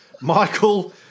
Michael